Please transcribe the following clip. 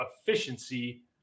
efficiency